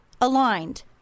aligned